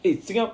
eh 这个